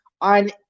on